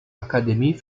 akademie